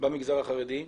במגזר החרדי,